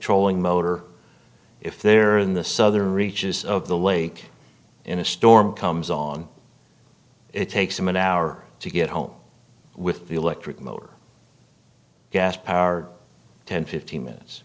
trolling motor if they're in the southern reaches of the lake in a storm comes on it takes them an hour to get home with the electric motor gas powered ten fifteen minutes